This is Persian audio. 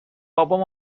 بابام